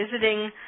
visiting